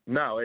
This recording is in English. no